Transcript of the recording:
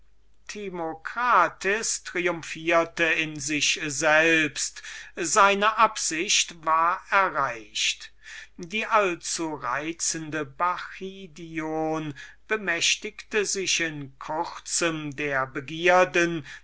timocrat triumphierte in sich selbst seine absicht war erreicht die allzureizende bacchidion bemächtigte sich der begierde